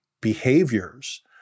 behaviors